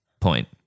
point